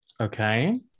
Okay